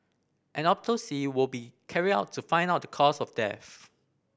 an autopsy will be carried out to find out the cause of death